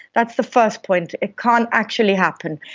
that's the first point, it can't actually happen.